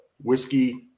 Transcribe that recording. whiskey